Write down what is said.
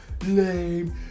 lame